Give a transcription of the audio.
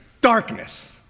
Darkness